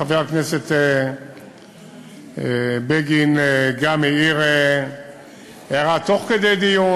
חבר הכנסת בגין גם העיר הערה תוך כדי הדיון.